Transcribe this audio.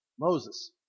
Moses